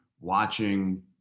watching